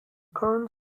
current